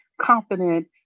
confident